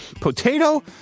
potato